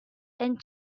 and